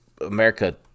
America